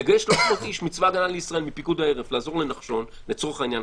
תגייס 300 איש מפיקוד העורף לעזור לנחשון לצורך העניין,